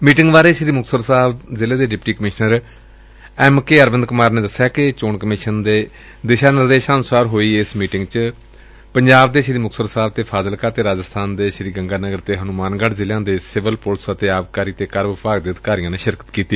meeting ਬਾਰੇ ਸ੍ਰੀ ਮੁਕਤਸਰ ਸਾਹਿਬ ਦੇ deputy commissioner Shri M K Aravind Kumar ਨੇ ਦੱਸਿਆ ਕਿ ਚੋਣ ਕਮਿਸ਼ਨ ਦੇ ਦਿਸ਼ਾ ਨਿਰਦੇਸ਼ਾਂ ਅਨੁਸਾਰ ਹੋਈ ਇਸ ਬੈਠਕ ਵਿਚ ਪੰਜਬ ਦੇ ਸ੍ਰੀ ਮੁਕਤਸਰ ਸਾਹਿਬ ਤੇ ਫਾਜ਼ਿਲਕਾ ਅਤੇ ਰਾਜਸਥਾਨ ਦੇ ਸ੍ਰੀ ਗੰਗਾਨਗਰ ਅਤੇ ਹਨੂੰਮਾਨਗੜ ਜ਼ਿਲਿਆਂ ਦੇ ਸਿਵਲ ਪੁਲਿਸ ਅਤੇ ਆਬਕਾਰੀ ਤੇ ਕਰ ਵਿਭਾਗ ਦੇ ਅਧਿਕਾਰੀਆਂ ਨੇ ਸ਼ਿਰਕਤ ਕੀਤੀ